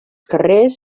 carrers